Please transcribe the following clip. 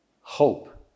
hope